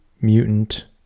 mutant